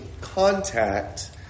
contact